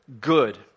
good